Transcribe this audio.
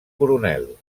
coronel